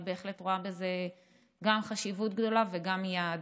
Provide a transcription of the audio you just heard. אני בהחלט רואה בזה גם חשיבות גבוהה וגם יעד,